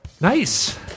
Nice